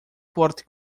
forte